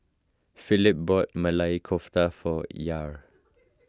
Philip bought Maili Kofta for Yair